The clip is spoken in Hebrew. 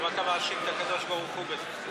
למה אתה מאשים את הקדוש ברוך הוא בזה?